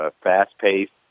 fast-paced